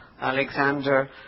Alexander